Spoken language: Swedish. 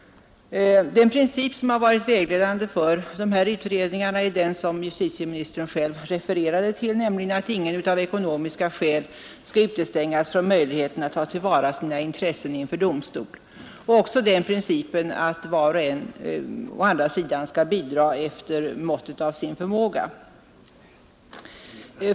Den princip som varit vägledande för de här utredningarna är den som justitieministern själv refererade till, nämligen att ingen av ekonomiska skäl skall utestängas från möjligheten att ta till vara sina intressen inför domstol och också den principen att var och en skall bidra efter måttet av sin förmåga.